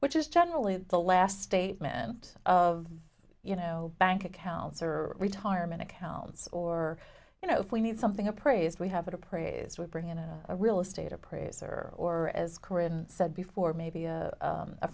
which is generally the last statement of you know bank accounts or retirement accounts or you know if we need something appraised we have it appraised would bring in a real estate appraiser or as korean said before maybe a